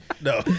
No